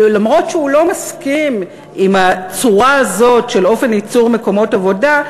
שלמרות העובדה שהוא לא מסכים עם הצורה הזאת של אופן ייצור מקומות עבודה,